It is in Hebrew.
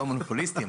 מונופוליסטים,